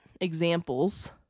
examples